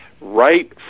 right